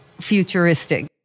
futuristic